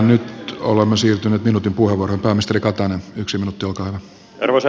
nyt olemme siirtyneet minuutin puheenvuoroihin